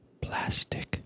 plastic